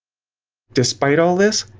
despite all this,